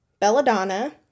belladonna